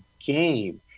game